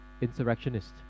insurrectionist